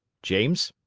james,